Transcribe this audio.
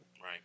Right